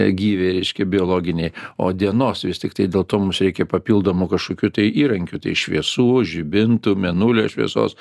gyviai reiškia biologiniai o dienos vis tiktai dėl to mums reikia papildomų kažkokių tai įrankių tai šviesų žibintų mėnulio šviesos